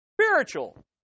spiritual